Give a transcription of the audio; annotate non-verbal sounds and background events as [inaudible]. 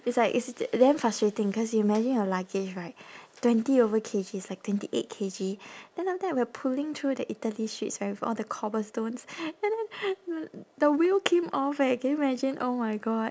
it's like it's d~ damn frustrating cause you imagine your luggage right twenty over K_G it's like twenty eight K_G then after that we were pulling through the italy streets right with all the cobblestones and then [noise] the wheel came off eh can you imagine oh my god